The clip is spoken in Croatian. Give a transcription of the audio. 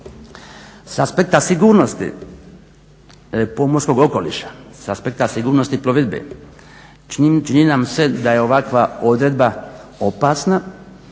Sa aspekta sigurnosti pomorskog okoliša, sa aspekta sigurnosti plovidbe, čini nam se da je ovakva odredba opasna